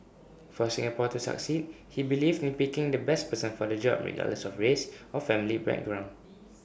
for Singapore to succeed he believed in picking the best person for the job regardless of race or family background